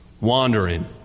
wandering